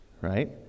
right